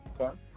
Okay